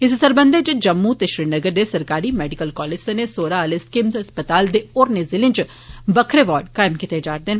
इस सरबंधै च जम्मू ते श्रीनगर दे सरकारी मैडिकल कालेजें सने सोरा आहले स्किम्स अस्पताल ते होरनें जिलें च बक्खरे वार्ड कायम कीते जाइन